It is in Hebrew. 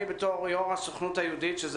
אני בתור יו"ר הסוכנות היהודית שזה